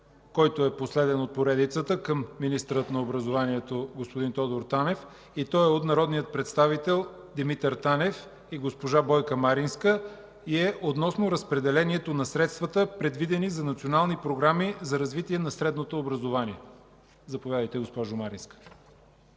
към следващия въпрос към министъра на образованието господин Тодор Танев от народните представители Димитър Танев и госпожа Бойка Маринска относно разпределението на средствата, предвидени за национални програми за развитие на средното образование. Заповядайте, госпожо Маринска.